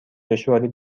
دشواری